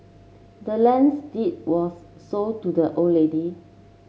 the land's deed was sold to the old lady